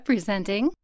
Presenting